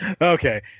Okay